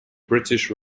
british